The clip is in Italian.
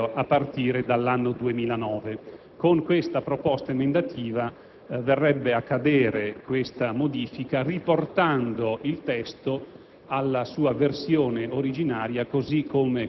le opere cofinanziate dall'Unione Europea, a partire dall'anno 2009. Con questa proposta emendativa verrebbe a cadere tale modifica, riportando il testo